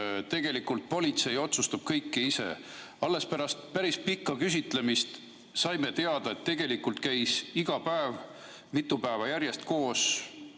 tegelikult politsei otsustab kõike ise. Alles pärast päris pikka küsitlemist saime teada, et tegelikult käis iga päev, mitu päeva järjest koos